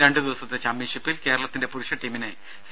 രണ്ടു ദിവസത്തെ ചാമ്പ്യൻഷിപ്പിൽ കേരളത്തിന്റെ പുരുഷ ടീമിനെ സി